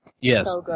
Yes